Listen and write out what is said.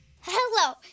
Hello